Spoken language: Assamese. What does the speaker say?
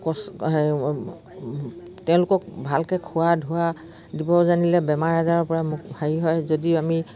কচ তেওঁলোকক ভালকে খোৱা ধোৱা দিব জানিলে বেমাৰ আজাৰৰ পৰাোক হেৰি হয় যদি আমি